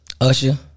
Usher